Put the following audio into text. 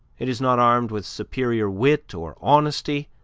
it is not armed with superior wit or honesty,